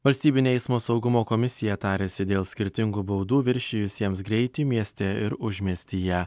valstybinė eismo saugumo komisija tarėsi dėl skirtingų baudų viršijusiems greitį mieste ir užmiestyje